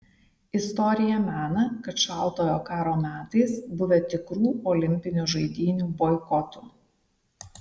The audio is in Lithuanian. istorija mena kad šaltojo karo metais buvę tikrų olimpinių žaidynių boikotų